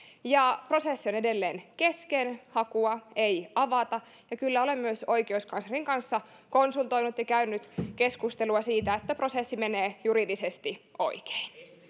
prosessi on edelleen kesken hakua ei avata ja kyllä olen myös oikeuskanslerin kanssa konsultoinut ja käynyt keskustelua siitä että prosessi menee juridisesti oikein